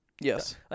Yes